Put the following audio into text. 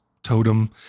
totem